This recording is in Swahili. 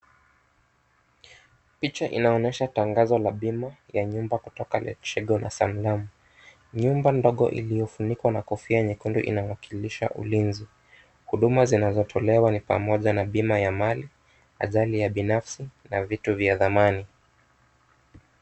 Picha inaonyesha tangazo la bima ya nyumba kutoka Letshego na Sanlam. Nyumba ndogo iliyofunikwa na kofia nyekundu inawakilisha ulinzi. Huduma zinazotolewa ni pamoja na bima ya mali, ajali ya binafsi, na vitu vya thamani.